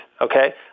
okay